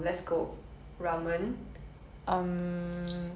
很油腻的东西 okay